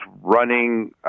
running